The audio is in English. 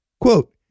Quote